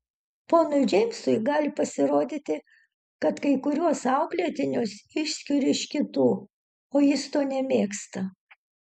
ponui džeimsui gali pasirodyti kad kai kuriuos auklėtinius išskiriu iš kitų o jis to nemėgsta